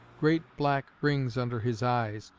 great black rings under his eyes,